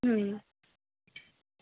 হুম